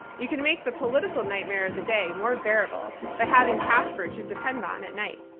you can make the political nightmare of the day more bearable by having casper to depend on at night.